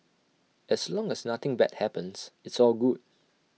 as long as nothing bad happens it's all good